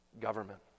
government